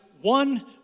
one